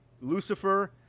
lucifer